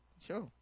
Sure